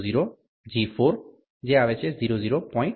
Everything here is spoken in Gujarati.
000 G4 00